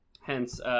hence